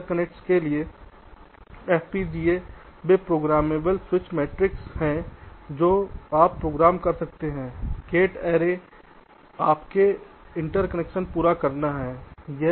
interconnects के लिए FPGAs वे प्रोग्रामेबल स्विच मैट्रिक्स हैं जो आप प्रोग्राम कर सकते हैं गेट ऐरे आपको इंटरकनेक्शन पूरा करना है